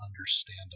understandable